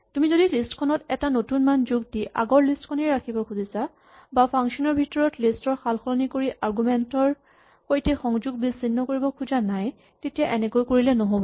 তুমি যদি লিষ্ট খনত এটা নতুন মান যোগ দি আগৰ লিষ্ট খনেই ৰাখিব খোজা বা ফাংচন ৰ ভিতৰত লিষ্ট ৰ সালসলনি কৰি আৰগুমেন্ট ৰ সৈতে সংযোগ বিচ্ছিন্ন কৰিব খোজা নাই তেতিয়া এনেকৈ কৰিলে নহ'ব